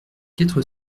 quatre